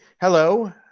hello